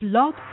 Blog